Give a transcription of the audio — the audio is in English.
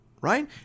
right